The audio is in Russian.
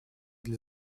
для